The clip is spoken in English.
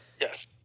Yes